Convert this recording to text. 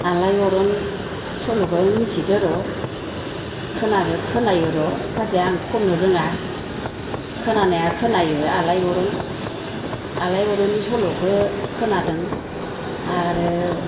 आलायरन सल'खौ मिथिदों र' खोनादों खोनायो र' फार्स्टाव आं खननो रोङा खोनानाया खोनायो आलायरन आलायरननि सल'खौ खोनादों आरो